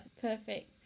perfect